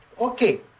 Okay